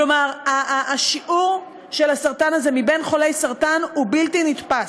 כלומר שיעור הסרטן הזה בקרב חולי סרטן הוא בלתי נתפס.